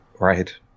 Right